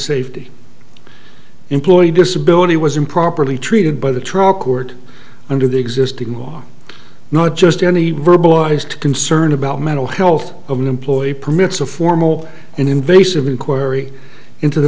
safety employee disability was improperly treated by the trial court under the existing law not just any verbalised concern about mental health of an employee permits a formal invasive inquiry into the